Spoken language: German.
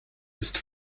ist